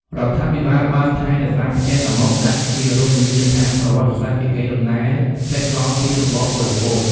រដ្ឋាភិបាលបានថែរក្សាផ្ទះតាម៉ុកដាក់ជារមនីយដ្ឋានប្រវត្តិសាស្ត្រ ជាកេរ្តិ៍ដំណែលសេសសល់ពីរបបប៉ុលពត។